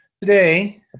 today